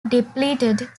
depleted